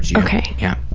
okay. yeah.